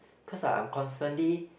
cause I'm constantly